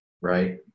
right